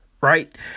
Right